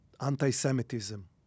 anti-Semitism